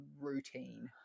routine